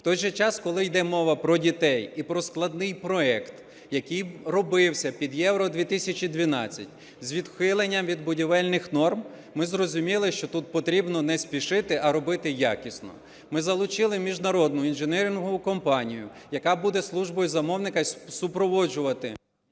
У той же час, коли йде мова про дітей і про складний проєкт, який робився під Євро-2012, з відхиленням від будівельних норм, ми зрозуміли, що тут потрібно не спішити, а робити якісно. Ми залучили міжнародну інжинірингову компанію, яка буде зі службою замовника супроводжувати…